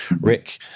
Rick